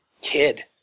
kid